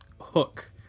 hook